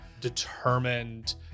determined